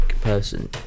person